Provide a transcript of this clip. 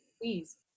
please